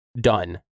done